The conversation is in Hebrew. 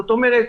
זאת אומרת,